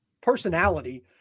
personality